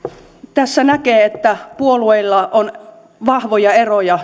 tässä näkee että puolueilla on vahvoja eroja